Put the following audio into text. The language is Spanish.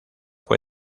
fue